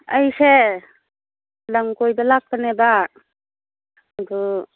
ꯑꯩꯁꯦ ꯂꯝ ꯀꯣꯏꯕ ꯂꯥꯛꯄꯅꯦꯕ ꯑꯗꯨ